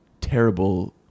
Terrible